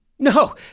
No